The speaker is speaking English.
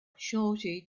shorty